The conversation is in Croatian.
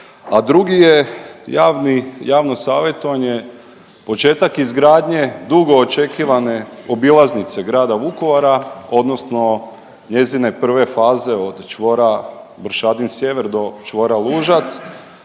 a drugi je javni, javno savjetovanje početak izgradnje dugoočekivane obilaznice grada Vukovara, odnosno njezine prve faze, od čvora Bršadin sjever do čvora Lužac,